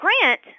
grant